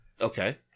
Okay